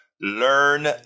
Learn